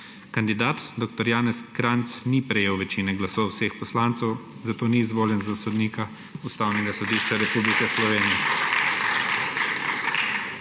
Kandidat dr. Janez Kranjc ni prejel večine glasov vseh poslancev, zato ni izvoljen za sodnika Ustavnega sodišča Republike Slovenije.